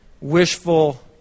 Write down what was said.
wishful